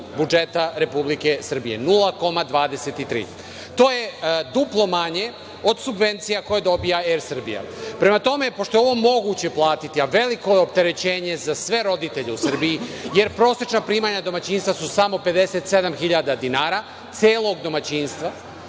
budžeta Republike Srbije, 0,23. To je duplo manje od subvencija koje dobija Er-Srbija. Prema tome, pošto je ovo moguće platiti, a veliko je opterećenje za sve roditelje u Srbiji, jer prosečna primanja domaćinstva su samo 57.000 dinara, celog domaćinstva. Znači,